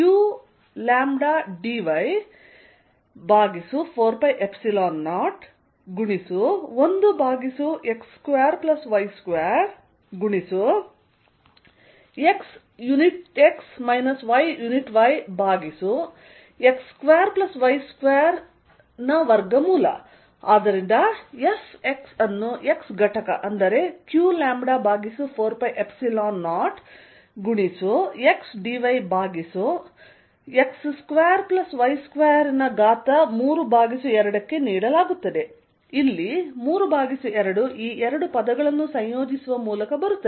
Fqλdy4π01x2y2xx yyx2y212 ಆದ್ದರಿಂದ Fx ಅನ್ನು x ಘಟಕ ಅಂದರೆ qλ4π0 ಗುಣಿಸು xdy ಭಾಗಿಸು x2y232 ಗೆ ನೀಡಲಾಗುತ್ತದೆ ಇಲ್ಲಿ 32 ಈ ಎರಡು ಪದಗಳನ್ನು ಸಂಯೋಜಿಸುವ ಮೂಲಕ ಬರುತ್ತದೆ